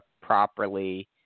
properly